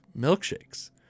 milkshakes